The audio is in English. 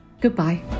Goodbye